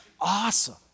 awesome